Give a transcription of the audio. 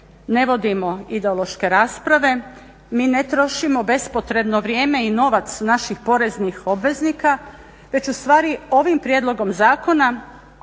ne vodimo ideološke rasprave, mi ne trošimo bespotrebno vrijeme i novac naših poreznih obveznika već ustvari ovih prijedlogom zakona